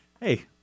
Hey